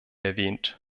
erwähnt